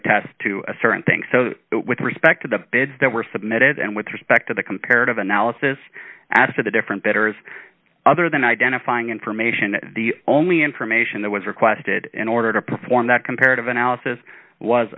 attest to certain things so with respect to the bids that were submitted and with respect to the comparative analysis as to the different betters other than identifying information the only information that was requested in order to perform that comparative analysis was